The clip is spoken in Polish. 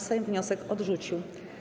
Sejm wniosek odrzucił.